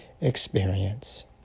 experience